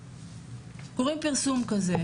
קוראים פרסום כזה,